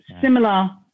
similar